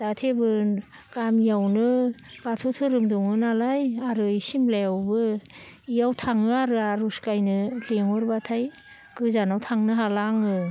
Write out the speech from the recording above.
दा थेवबो गामियावनो बाथौ धोरोम दङ नालाय आरो सिमलायावबो बेयाव थाङो आरो आरज खननो लिंहरबाथाय गोजानाव थांनो हाला आङो